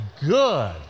good